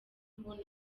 kubona